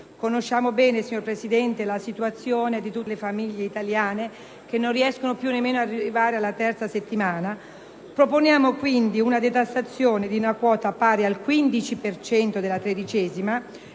Conosciamo bene, signor Presidente, la situazione di tutte le famiglie italiane, che non riescono più nemmeno ad arrivare alla terza settimana. Proponiamo quindi una detassazione di una quota pari al 15 per cento della tredicesima